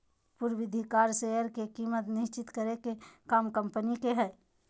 पूर्वधिकारी शेयर के कीमत निश्चित करे के काम कम्पनी के हय